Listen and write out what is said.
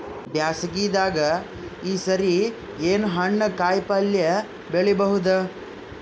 ಬ್ಯಾಸಗಿ ದಾಗ ಈ ಸರಿ ಏನ್ ಹಣ್ಣು, ಕಾಯಿ ಪಲ್ಯ ಬೆಳಿ ಬಹುದ?